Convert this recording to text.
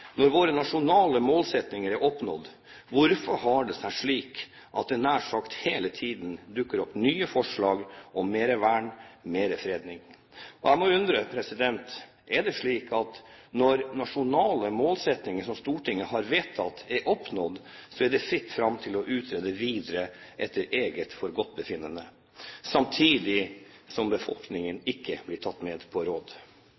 Når våre nasjonale målsettinger er oppnådd, hvorfor har det seg slik at det nær sagt hele tiden dukker opp nye forslag om mer vern, mer fredning? Og jeg undres: Er det slik at når nasjonale målsettinger som Stortinget har vedtatt, er oppnådd, så er det fritt fram å utrede videre etter eget forgodtbefinnende, samtidig som befolkningen ikke blir tatt med på råd?